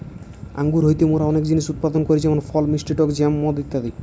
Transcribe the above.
আঙ্গুর হইতে মোরা অনেক জিনিস উৎপাদন করি যেমন ফল, মিষ্টি টক জ্যাম, মদ ইত্যাদি